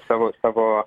savo savo